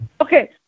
Okay